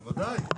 בוודאי,